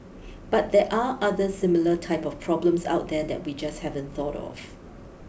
but there are other similar type of problems out there that we just haven't thought of